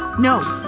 no.